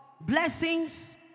blessings